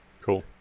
Cool